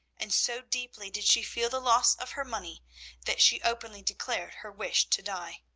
and so deeply did she feel the loss of her money that she openly declared her wish to die.